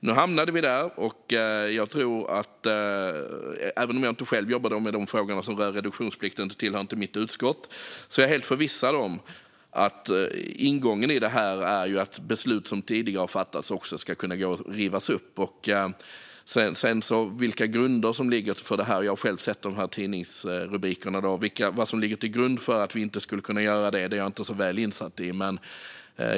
Nu hamnade vi här, och även om jag själv inte jobbar med frågorna som rör reduktionsplikten eftersom det inte tillhör mitt utskott, är jag helt förvissad om att ingången i detta är att beslut som tidigare har fattats också ska kunna rivas upp. Jag har själv sett tidningsrubrikerna, och vad som ligger till grund för att vi inte skulle kunna göra detta är jag inte så väl insatt i.